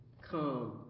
come